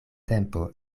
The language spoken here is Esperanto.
tempo